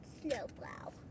snowplow